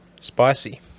Spicy